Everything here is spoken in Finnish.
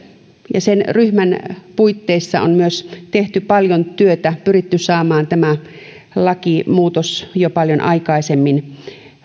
ja sen ryhmän puitteissa on myös tehty paljon työtä pyritty saamaan lakimuutos jo paljon aikaisemmin